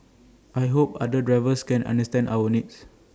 I hope other drivers can understand our needs